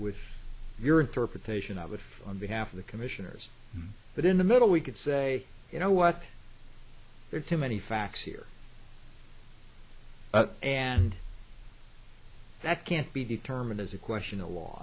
with your interpretation of if on behalf of the commissioners but in the middle we could say you know what there are too many facts here and that can't be determined as a question of law